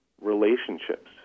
relationships